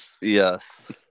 Yes